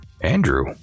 Andrew